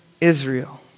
Israel